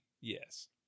Yes